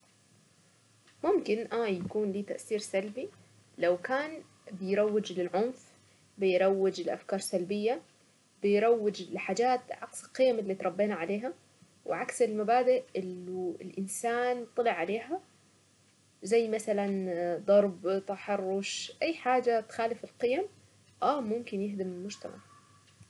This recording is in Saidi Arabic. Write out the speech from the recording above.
ممكن اه يكون له تأثير سلبي لو كان بيروج للعنف، بيروج لافكار سلبية بيروج لحاجات عكس القيم اللي اتربينا عليها وعكس المبادئ انه الانسان طلع عليها زي مثلا اه ضرب تحرش اي حاجة تخالف القيم اه ممكن يهدم المجتمع.